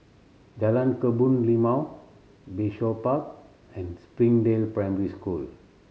Jalan Kebun Limau Bayshore Park and Springdale Primary School